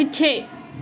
ਪਿੱਛੇ